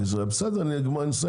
המצב בשטח היום, מהניתוחים שאנחנו